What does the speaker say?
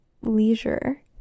leisure